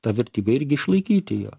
tą vertybę irgi išlaikyti jo